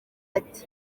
ati